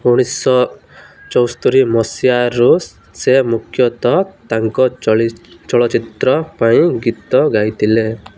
ଉଣେଇଶ ଚଉସ୍ତରି ମସିହାରୁ ସେ ମୁଖ୍ୟତଃ ତାଙ୍କ ଚଳଚ୍ଚିତ୍ର ପାଇଁ ଗୀତ ଗାଇଥିଲେ